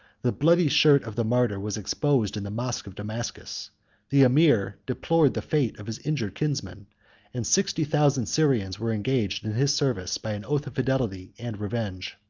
the bloody shirt of the martyr was exposed in the mosch of damascus the emir deplored the fate of his injured kinsman and sixty thousand syrians were engaged in his service by an oath of fidelity and revenge.